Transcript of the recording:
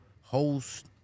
host